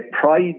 pride